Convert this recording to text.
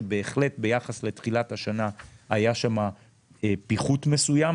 ובהחלט ביחס לתחילת השנה היה שם פיחות מסוים.